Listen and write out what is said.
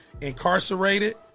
incarcerated